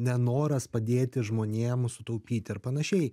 nenoras padėti žmonėm sutaupyti ar panašiai